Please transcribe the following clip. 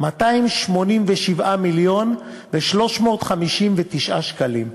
287 מיליון ו-359,000 שקלים.